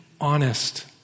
honest